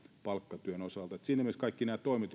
palkkatyön osalta siinä mielessä kaikki nämä toimet